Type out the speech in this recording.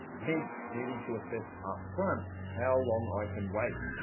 hence needing to assess upfront how long i can wait,